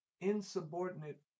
insubordinate